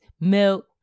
milk